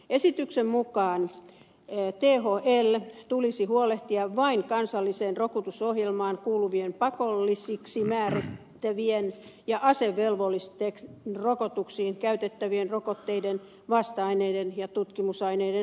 esityksen mukaan thln tulisi huolehtia vain kansalliseen rokotusohjelmaan kuuluvien pakollisiksi määrättävien ja asevelvollisten rokotuksiin käytettävien rokotteiden vasta aineiden ja tutkimusaineiden saatavuudesta